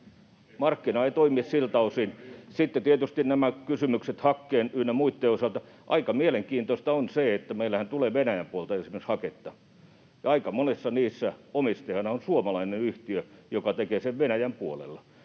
Markkina ei toimi siltä osin. Sitten tietysti on nämä kysymykset hakkeen ynnä muitten osalta: Aika mielenkiintoista on se, että meillehän tulee esimerkiksi Venäjän puolelta haketta. Aika monesti omistajana on suomalainen yhtiö, joka tekee sen Venäjän puolella,